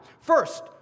First